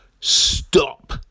stop